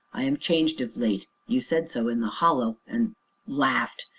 i am changed of late you said so in the hollow, and laughed.